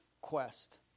quest